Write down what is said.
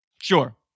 Sure